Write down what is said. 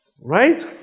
Right